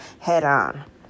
head-on